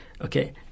Okay